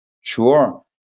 sure